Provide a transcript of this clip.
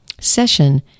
session